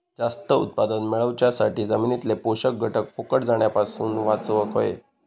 जास्त उत्पादन मेळवच्यासाठी जमिनीतले पोषक घटक फुकट जाण्यापासून वाचवक होये